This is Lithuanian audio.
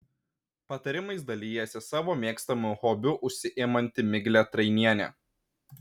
patarimais dalijasi savo mėgstamu hobiu užsiimanti miglė trainienė